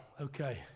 okay